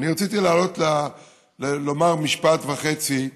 אני רציתי לעלות לומר משפט וחצי,